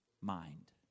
mind